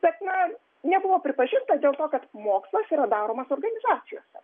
bet na nebuvo pripažinta dėl to kad mokslas yra daromas organizacijose